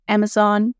Amazon